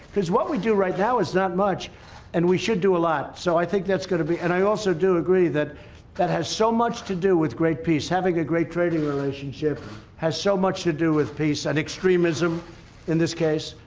because what we do right now is not much and we should do a lot so i think that's going to be and i also do agree that that has so much to do with great peace having a great trading relationship has so much to do with peace and extremism in this case.